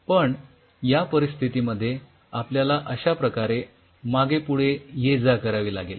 पण या परिस्थितीमध्ये आपल्याला अश्या प्रकारे मागे पुढे ये जा करावी लागेल